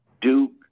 Duke